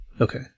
Okay